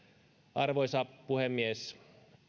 arvoisa puhemies